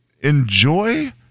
enjoy